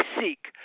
seek